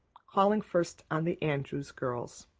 calling first on the andrew girls.